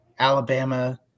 Alabama